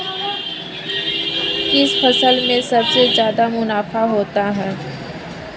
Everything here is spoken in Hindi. किस फसल में सबसे जादा मुनाफा होता है?